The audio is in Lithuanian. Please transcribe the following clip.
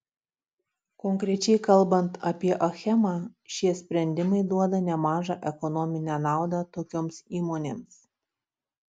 konkrečiai kalbant apie achemą šie sprendimai duoda nemažą ekonominę naudą tokioms įmonėms